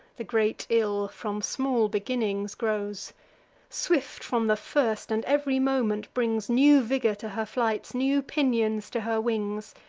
the great ill, from small beginnings grows swift from the first and ev'ry moment brings new vigor to her flights, new pinions to her wings.